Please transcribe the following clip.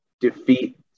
defeat